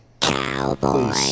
Cowboy